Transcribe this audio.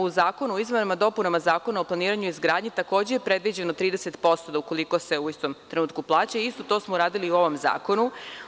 U zakonu o izmenama i dopunama Zakona o planiranju i izgradnji takođe je predviđeno 30%, da ukoliko se u istom trenutku plaća, isto to smo radili i u ovom zakonu.